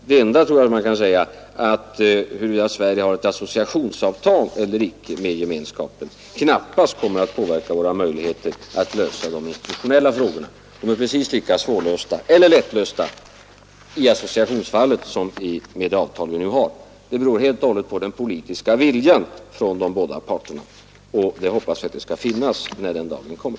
Det enda jag tror att man kan säga är att huruvida Sverige har ett associationsavtal eller icke med Gemenskapen knappast kommer att påverka våra möjligheter att lösa de institutionella frågorna. De är precis lika svårlösta eller lättlösta vid association som vid det avtal vi nu har att räkna med. Det beror helt och hållet på den politiska viljan från de båda parterna. Vi hoppas att den skall finnas, när den dagen kommer.